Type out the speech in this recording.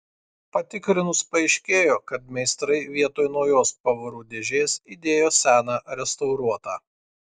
patikrinus paaiškėjo kad meistrai vietoj naujos pavarų dėžės įdėjo seną restauruotą